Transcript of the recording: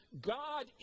God